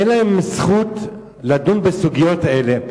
אין להם זכות לדון בסוגיות האלה.